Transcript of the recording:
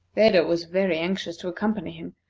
phedo was very anxious to accompany him,